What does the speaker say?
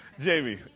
Jamie